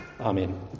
Amen